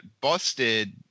busted